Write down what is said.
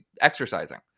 exercising